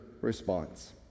response